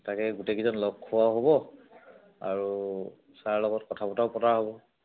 তাকে গোটেইকেইজন লগ খোৱাও হ'ব আৰু ছাৰৰ লগত কথা বতৰাও পতা হ'ব